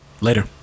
Later